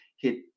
hit